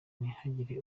ntihagire